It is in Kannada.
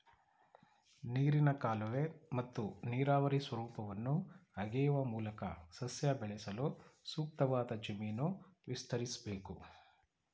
ನೀರಿನ ಕಾಲುವೆ ಮತ್ತು ನೀರಾವರಿ ಸ್ವರೂಪವನ್ನು ಅಗೆಯುವ ಮೂಲಕ ಸಸ್ಯ ಬೆಳೆಸಲು ಸೂಕ್ತವಾದ ಜಮೀನು ವಿಸ್ತರಿಸ್ಬೇಕು